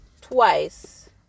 twice